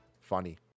funny